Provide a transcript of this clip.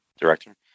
director